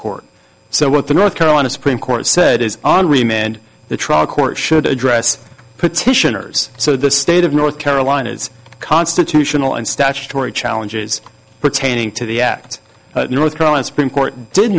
court so what the north carolina supreme court said is on remand the trial court should address petitioners so the state of north carolina is constitutional and statutory challenges pertaining to the act north carolina supreme court did